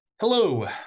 Hello